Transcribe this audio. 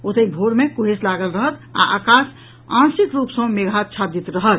ओतहि भोर मे कुहेस लागल रहत आ आकाश आंशिक रूप सँ मेघाच्छादित रहत